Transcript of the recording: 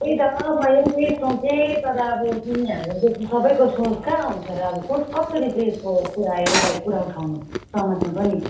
त्यही त मैले पनि त्यही सोचेँ तर अब तिमी हाम्रो जस्तो सबैको सोच कहाँ हुन्छ र अब कस् कसरी चाहिँ यस्तो कुरा यसलाई कुरा उठाउनु समाजमा पनि